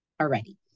already